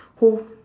who